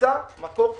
נמצא מקור תקציבי.